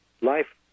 life